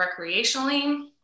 recreationally